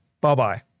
Bye-bye